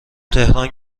تهران